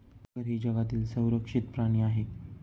मगर ही जगातील संरक्षित प्राणी आहे